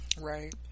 Right